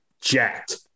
jacked